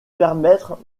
permettre